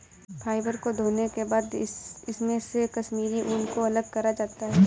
fibre को धोने के बाद इसमे से कश्मीरी ऊन को अलग करा जाता है